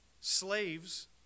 Slaves